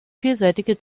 vielseitige